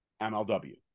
MLW